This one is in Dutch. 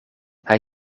hij